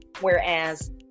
Whereas